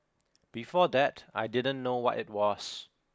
before that I didn't know what it was